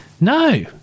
No